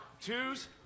Twos